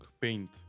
paint